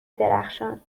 درخشان